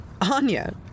Anya